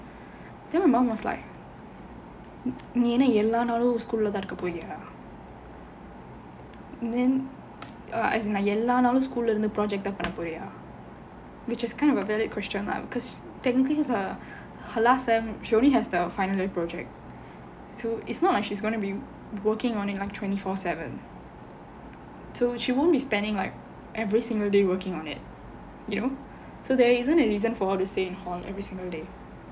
then my mum was like நீ என்ன எல்லா நாளும்:nee enna ellaa naalum school leh தான் இருக்க போறியா:thaan irukka poriyaa then as in like எல்லா நாளும்:ellaa naalum school இருந்து:irunthu project தான் பண்ண போறியா:thaan panna poriyaa which is kind of like a valid question lah because technically this is her her last semester she only has the final year project so it's not like she's gonna be working on in like twenty four seven so she won't be spending like every single day working on it you know so there isn't a reason for her to stay every single day